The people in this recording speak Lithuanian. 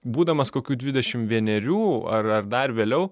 būdamas kokių dvidešim vienerių ar ar dar vėliau